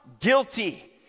guilty